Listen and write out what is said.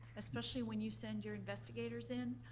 especially when you send your investigators in,